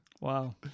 Wow